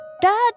Dad